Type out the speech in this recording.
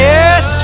Yes